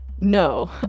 No